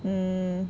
mm